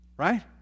right